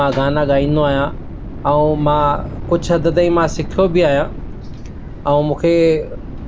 मां गाना गाईंदो आहियां ऐं मां कुझु हद ताईं मां सिखियो बि आहियां ऐं मूंखे